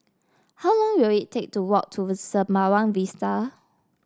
how long will it take to walk to Sembawang Vista